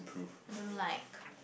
I don't like